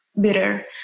bitter